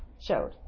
showed